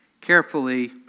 carefully